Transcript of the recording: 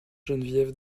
geneviève